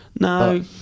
No